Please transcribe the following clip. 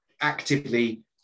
actively